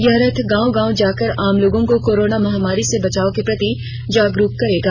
यह रथ गांव गांव जाकर आम लोगों को कोरोना महामारी से बचने के प्रति जागरूक करेगा